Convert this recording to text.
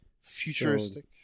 futuristic